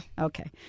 Okay